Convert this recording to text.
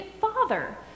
father